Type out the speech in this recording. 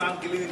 למען גילוי,